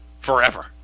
forever